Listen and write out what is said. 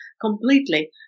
completely